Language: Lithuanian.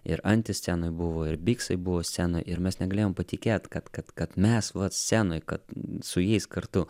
ir antis scenoj buvo ir biksai buvo scenoj ir mes negalėjom patikėt kad kad kad mes vat scenoj kad su jais kartu